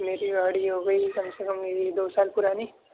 میری گاڑی ہو گئی کم سے کم یہی دو سال پرانی